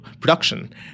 production